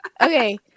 Okay